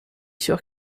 sûr